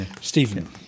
Stephen